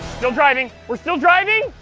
still driving! we're still driving?